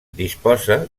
disposa